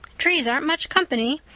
trees aren't much company,